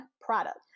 product